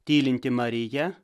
tylinti marija